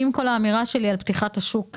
עם כל האמירה שלי על פתיחת השוק.